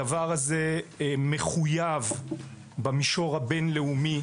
הדבר הזה מחויב במישור הבין-לאומי,